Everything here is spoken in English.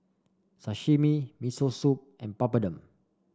Sashimi Miso Soup and Papadum